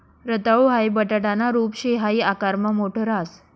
रताळू हाई बटाटाना रूप शे हाई आकारमा मोठ राहस